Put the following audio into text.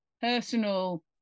personal